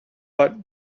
but